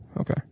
Okay